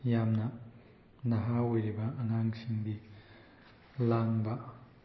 ꯌꯥꯝꯅ ꯅꯍꯥ ꯑꯣꯏꯔꯤꯕ ꯑꯉꯥꯡꯁꯤꯡꯗꯤ ꯂꯥꯡꯕ